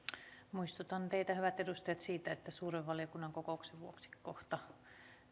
muistutan teitä hyvät edustajat siitä että suuren valiokunnan kokouksen vuoksi kohta